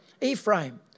Ephraim